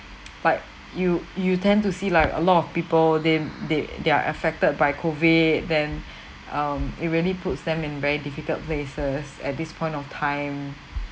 like you you tend to see like a lot of people they they they're affected by COVID then um it really puts them in very difficult places at this point of time